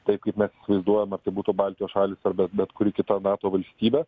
taip kaip mes įsivaizduojam ar tai būtų baltijos šalys arba bet kuri kita nato valstybė